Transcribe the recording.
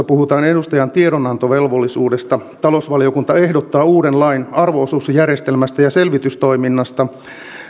puhutaan edustajan tiedonantovelvollisuudesta talousvaliokunta ehdottaa uuden lain arvo osuusjärjestelmästä ja selvitystoiminnasta